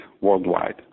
worldwide